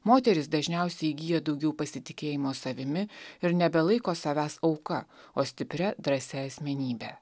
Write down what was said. moterys dažniausiai įgyja daugiau pasitikėjimo savimi ir nebelaiko savęs auka o stipria drąsia asmenybe